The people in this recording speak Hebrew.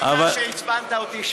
בגלל שעצבנת אותי,